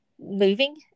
moving